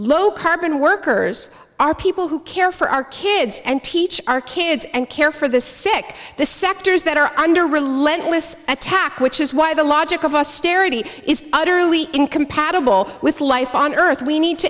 low carbon workers are people who care for our kids and teach our kids and care for the sick the sectors that are under relentless attack which is why the logic of us therapy is utterly incompatible with life on earth we need to